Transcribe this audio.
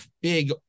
big